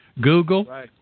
Google